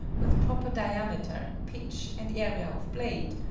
with proper diameter, pitch, and area of blade,